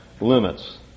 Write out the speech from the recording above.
limits